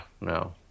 no